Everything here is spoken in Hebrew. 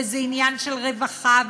וזה עניין של רווחה,